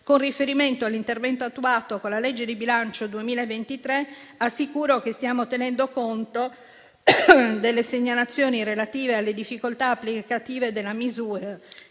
Con riferimento all'intervento attuato con la legge di bilancio 2023, assicuro che stiamo tenendo conto delle segnalazioni relative alle difficoltà applicative della misura